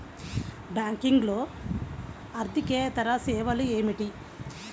బ్యాంకింగ్లో అర్దికేతర సేవలు ఏమిటీ?